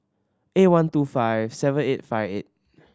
eight one two five seven eight five eight